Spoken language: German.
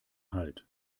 halt